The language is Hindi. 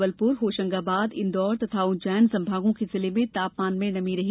जबलपुर होशंगाबाद इंदौर तथा उज्जैन संमागों के जिलों में तापमान में नमी रही